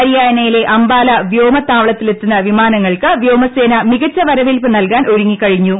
ഹരിയാനയിലെ അംബാല വ്യോമതാവളത്തിലെത്തുന്ന വിമാനങ്ങൾക്ക് വ്യോമസേന മികച്ച വരവേൽപ്പ് നൽകാൻ ഒരുങ്ങിക്കഴിഞ്ഞു